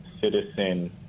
citizen